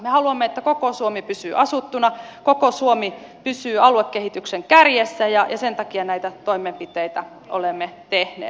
me haluamme että koko suomi pysyy asuttuna koko suomi pysyy aluekehityksen kärjessä ja sen takia näitä toimenpiteitä olemme tehneet